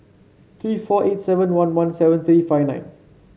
three four eight seven one one seven three five nine